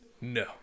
No